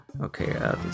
Okay